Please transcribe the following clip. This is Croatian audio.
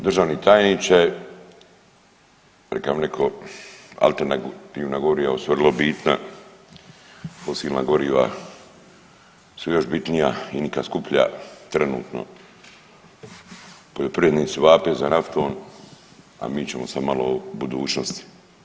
Državni tajničke, reka bi neko alternativna goriva su vrlo bitna, fosilna goriva su još bitnija i nikad skuplja, trenutno poljoprivrednici vape za naftom, a mi ćemo sad malo u budućnosti.